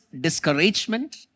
discouragement